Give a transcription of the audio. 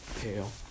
pale